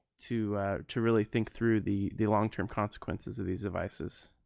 to to really think through the the long-term consequences of these devices.